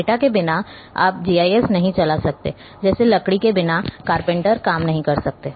data के बिना आपका जीआईएस नहीं चल सकता जैसे लकड़ी के बिना कारपेंटर काम नहीं कर सकते